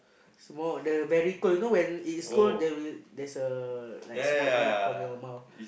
small the very cold you know when it is cold they will there is a like smoke come out from your mouth